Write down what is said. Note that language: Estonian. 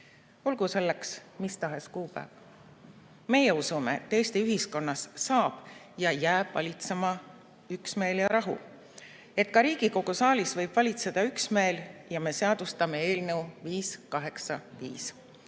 olgu selleks mis tahes kuupäev. Meie usume, et Eesti ühiskonnas saab valitseda ja jääb valitsema üksmeel ja rahu, et ka Riigikogu saalis võib valitseda üksmeel ja me seadustame eelnõu 585.